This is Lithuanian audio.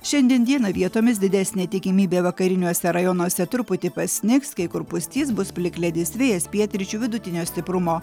šiandien dieną vietomis didesnė tikimybė vakariniuose rajonuose truputį pasnigs kai kur pustys bus plikledis vėjas pietryčių vidutinio stiprumo